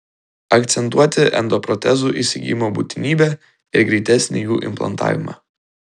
akcentuoti endoprotezų įsigijimo būtinybę ir greitesnį jų implantavimą